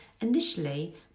initially